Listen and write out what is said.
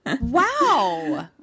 Wow